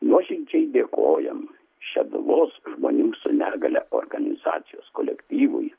nuoširdžiai dėkojam šeduvos žmonėm su negalia organizacijos kolektyvui